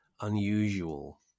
unusual